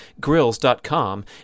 grills.com